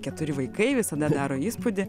keturi vaikai visada daro įspūdį